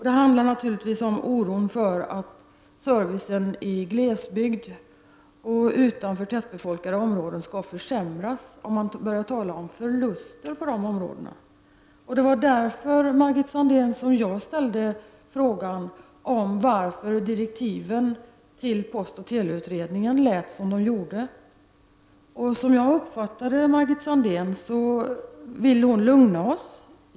Det handlar naturligtvis om oron för att servicen i glesbygd och utanför tätbefolkade områden skall försämras om man börjar tala om förluster på de områdena. Det var därför, Margit Sandéhn, jag ställde frågan varför direktiven till postoch teleutredningen lät som de gjorde. Som jag uppfattade Margit Sandéhn ville hon lugna oss.